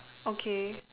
okay